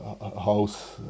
house